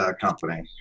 company